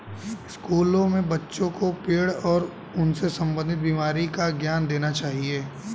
स्कूलों में बच्चों को पेड़ और उनसे संबंधित बीमारी का ज्ञान देना चाहिए